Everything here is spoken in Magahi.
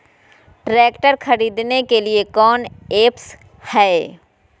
ट्रैक्टर खरीदने के लिए कौन ऐप्स हाय?